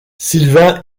sylvain